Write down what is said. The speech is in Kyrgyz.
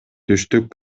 түштүк